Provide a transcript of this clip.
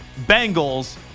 Bengals